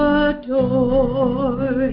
adore